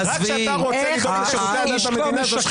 רק כשאתה רוצה --- את שירותי הדת במדינה זו שחיתות.